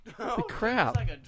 crap